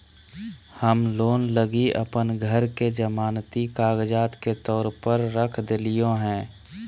हम लोन लगी अप्पन घर के जमानती कागजात के तौर पर रख देलिओ हें